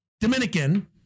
Dominican